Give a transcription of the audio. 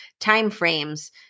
timeframes